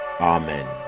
Amen